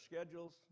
schedules